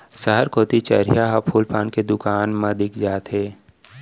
सहर कोती चरिहा ह फूल पान के दुकान मन मा दिख जाथे